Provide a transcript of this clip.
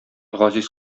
газиз